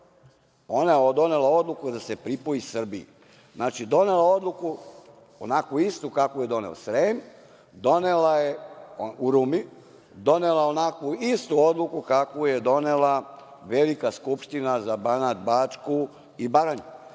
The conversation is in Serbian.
ona je donela odluku da se pripoji Srbiji. Znači, donela je odluku, onakvu istu kakvu je doneo Srem, u Rumi, donela je onakvu istu odluku kakvu je donela Velika skupština za Banat, Bačku i Baranju.